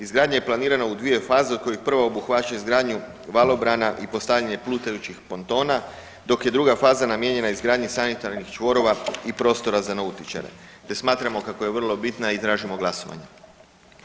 Izgradnja je planirana u dvije faze od kojih prva obuhvaća izgradnju vlaobrana i postavljanje plutajućih pontona, dok je druga faza namijenjena izgradnji sanitarnih čvorova i prostora za nautičare te smatramo kako je vrlo bitna i tražimo glasovanje.